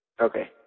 okay